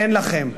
אין לכם.